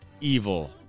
evil